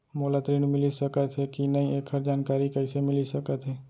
मोला ऋण मिलिस सकत हे कि नई एखर जानकारी कइसे मिलिस सकत हे?